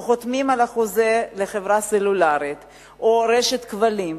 או חותמים על חוזה עם חברה סלולרית או חברת כבלים,